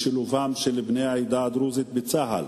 לשילובם של בני העדה הדרוזית בצה"ל